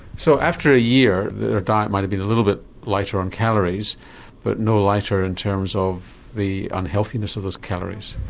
so after a year their diet might have been a little bit lighter on calories but no lighter in terms of the unhealthiness of those calories?